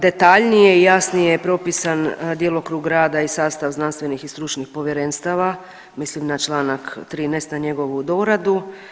Detaljnije i jasnije je propisan djelokrug rada i sastava znanstvenih i stručnih povjerenstava, mislim na Članak 13. na njegovu doradu.